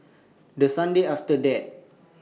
The Sunday after that